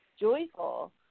joyful